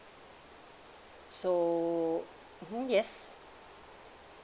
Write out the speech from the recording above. so mmhmm yes